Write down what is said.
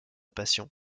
passion